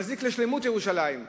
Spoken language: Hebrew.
מזיק לשלמות ירושלים.